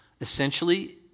essentially